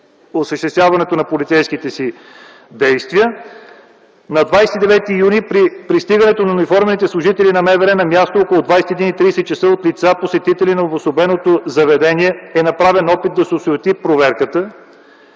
осъществяването на полицейските действия. На 29 юни при пристигането на униформените служители на МВР на място около 21,30 ч. от лица, посетители на обособеното заведение, е направен опит да се осуети проверката.